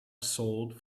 sold